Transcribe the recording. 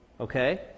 okay